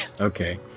Okay